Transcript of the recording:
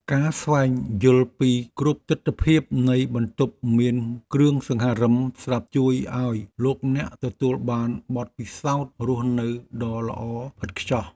ការស្វែងយល់ពីគ្រប់ទិដ្ឋភាពនៃបន្ទប់មានគ្រឿងសង្ហារិមស្រាប់ជួយឱ្យលោកអ្នកទទួលបានបទពិសោធន៍រស់នៅដ៏ល្អឥតខ្ចោះ។